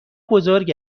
بزرگ